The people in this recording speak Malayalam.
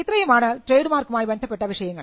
ഇത്രയുമാണ് ട്രേഡ് മാർക്കുമായി ബന്ധപ്പെട്ട വിഷയങ്ങൾ